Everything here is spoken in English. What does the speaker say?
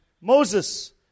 Moses